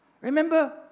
Remember